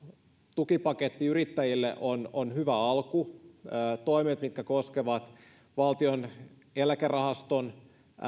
tukipaketti yrittäjille on on hyvä alku toimet mitkä koskevat valtion eläkerahaston